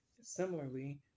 Similarly